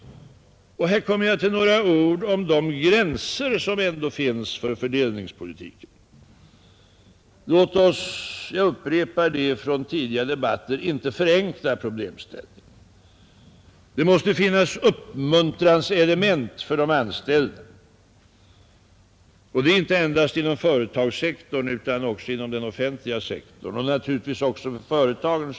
Här kommer jag till de gränser som finns för fördelningspolitiken. Låt oss, jag upprepar det från många tidigare debatter, inte förenkla problemställningen. Det måste finnas uppmuntranselement för de anställda, och det inte endast inom företagssektorn utan även inom den offentliga sektorn och naturligtvis även för företagen.